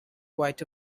quite